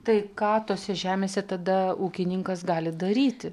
tai ką tose žemėse tada ūkininkas gali daryti